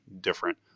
different